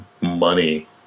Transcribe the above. money